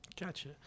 Gotcha